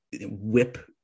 whip